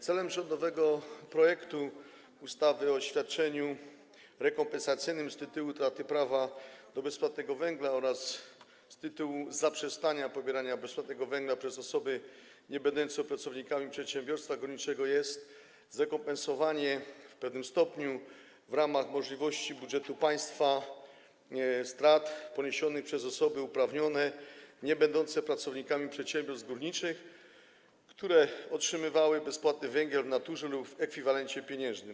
Celem rządowego projektu ustawy o świadczeniu rekompensacyjnym z tytułu utraty prawa do bezpłatnego węgla oraz z tytułu zaprzestania pobierania bezpłatnego węgla przez osoby niebędące pracownikami przedsiębiorstwa górniczego jest zrekompensowanie, w pewnym stopniu, w ramach możliwości budżetu państwa, strat poniesionych przez osoby uprawnione niebędące pracownikami przedsiębiorstw górniczych, które otrzymywały bezpłatny węgiel w naturze lub w ekwiwalencie pieniężnym.